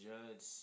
Judge